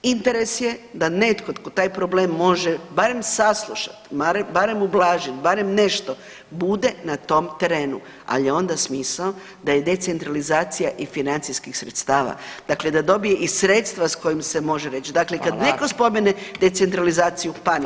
Interes je da netko tko taj problem može barem saslušati, barem ublažiti, barem nešto bude na tom terenu ali je onda smisao da je decentralizacija i financijskih sredstava, dakle da dobije i sredstva sa kojima se može već [[Upadica Radin: Hvala.]] Dakle, kad netko spomene decentralizaciju panika.